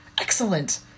excellent